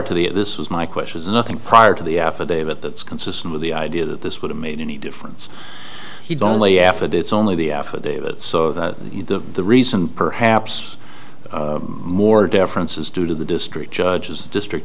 to the if this was my question is nothing prior to the affidavit that's consistent with the idea that this would have made any difference he only half a day it's only the affidavit so that the reason perhaps more difference is due to the district judge as the district